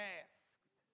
asked